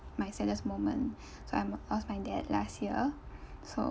my saddest moment so I lost my dad last year so